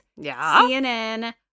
CNN